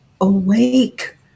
awake